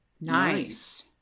Nice